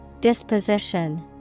Disposition